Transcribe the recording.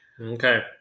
Okay